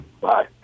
Bye